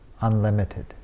unlimited